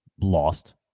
Lost